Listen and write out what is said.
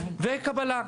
וקבלה.